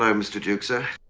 um mr. duke, sir.